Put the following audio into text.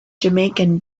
jamaican